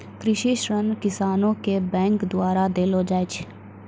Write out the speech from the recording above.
कृषि ऋण किसानो के बैंक द्वारा देलो जाय छै